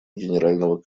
генерального